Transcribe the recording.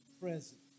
present